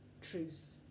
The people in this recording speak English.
Truth